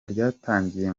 ryatangiye